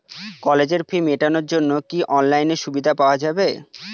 কলেজের ফি মেটানোর জন্য কি অনলাইনে সুবিধা পাওয়া যাবে?